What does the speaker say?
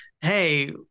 Hey